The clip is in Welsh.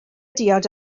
diod